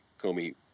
Comey